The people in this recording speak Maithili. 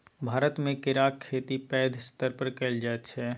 भारतमे केराक खेती पैघ स्तर पर कएल जाइत छै